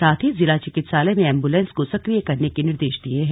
साथ ही जिला चिकित्सालय में एम्बुलेंस को सक्रिय करने के निर्देश दिए हैं